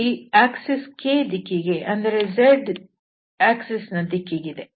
ಇಲ್ಲಿ ಈ ಅಕ್ಷರೇಖೆ k ದಿಕ್ಕಿಗೆ ಅಂದರೆ z ಅಕ್ಷರೇಖೆಯ ದಿಕ್ಕಿಗಿದೆ